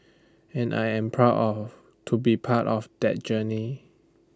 and I am very proud to be part of that journey